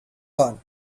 one